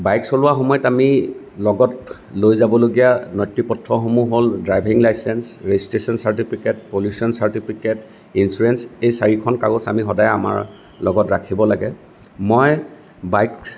bike চলোৱা সময়ত আমি লগত লৈ যাবলগীয়া নথিপত্ৰ সমূহ হ'ল driving licence registration certificate pollution certificate insurance এই চাৰিখন কাগজ আমি সদায় আমাৰ লগত ৰাখিব লাগে মই বাইক